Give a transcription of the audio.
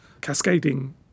cascading